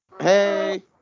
Hey